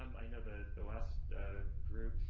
um i know the the last group,